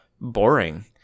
boring